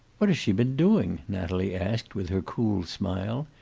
what has she been doing? natalie asked, with her cool smile.